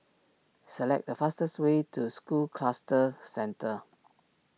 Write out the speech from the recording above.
select the fastest way to School Cluster Centre